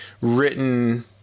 written